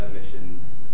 emissions